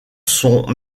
sont